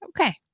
Okay